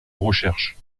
recherche